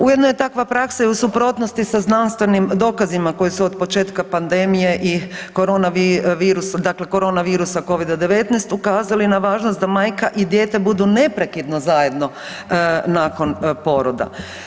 Ujedno je takva praksa i u suprotnosti sa znanstvenim dokazima koji su od početka pandemije i korona virusa dakle korona virusa, Covida-19 ukazali na važnost da majka i dijete budu neprekidno zajedno nakon poroda.